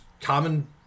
common